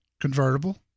convertible